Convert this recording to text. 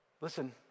Listen